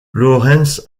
lawrence